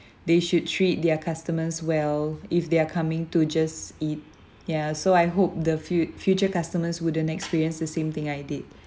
they should treat their customers well if they are coming to just eat ya so I hope the fut~ future customers wouldn't experience the same thing I did